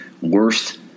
worst